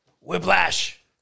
Whiplash